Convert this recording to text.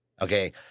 Okay